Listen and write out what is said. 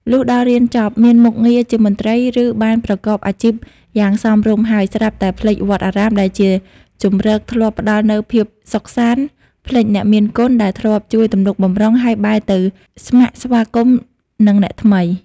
លុះដល់រៀនចប់ មានមុខងារជាមន្ត្រី ឬបានប្រកបអាជីពយ៉ាងសមរម្យហើយ ស្រាប់តែភ្លេចវត្តអារាមដែលជាជម្រកធ្លាប់ផ្ដល់នូវភាពសុខសាន្ត ភ្លេចអ្នកមានគុណដែលធ្លាប់ជួយទំនុកបម្រុង ហើយបែរទៅស្ម័គ្រស្មាគមនឹងអ្នកថ្មី ។